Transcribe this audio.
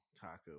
taco